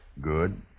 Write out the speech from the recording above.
Good